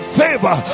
favor